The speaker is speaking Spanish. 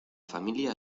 familia